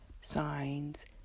signs